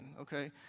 okay